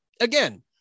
again